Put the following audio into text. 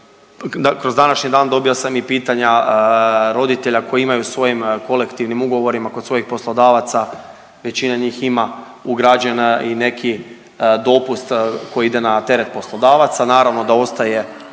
kroz današnji dobio sam i pitanja roditelja koji imaju u svojim kolektivnim ugovorima kod svojih poslodavaca većina njih ima ugrađen i neki dopust koji ide na teret poslodavaca, naravno da ostaje